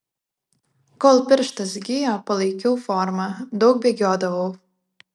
kol pirštas gijo palaikiau formą daug bėgiodavau